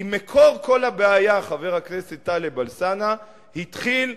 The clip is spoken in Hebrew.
כי מקור כל הבעיה, חבר הכנסת טלב אלסאנע, התחיל,